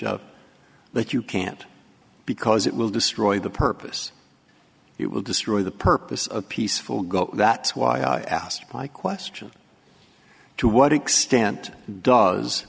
of that you can't because it will destroy the purpose it will destroy the purpose of peaceful go that's why i asked my question to what extent does